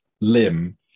limb